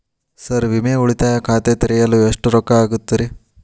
Sir ಉಳಿತಾಯ ಖಾತೆ ತೆರೆಯಲು ಎಷ್ಟು ರೊಕ್ಕಾ ಆಗುತ್ತೇರಿ?